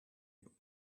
you